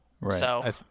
Right